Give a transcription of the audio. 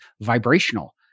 vibrational